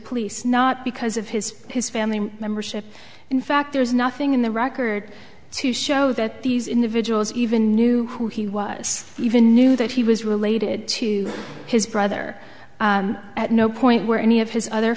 police not because of his his family membership in fact there's nothing in the record to show that these individuals even knew who he was even knew that he was related to his brother at no point where any of his other